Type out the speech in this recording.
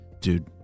Dude